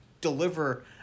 deliver